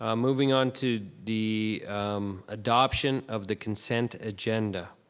um moving on to the adoption of the consent agenda.